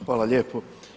Hvala lijepo.